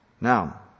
Now